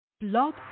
Blog